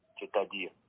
c'est-à-dire